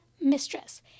mistress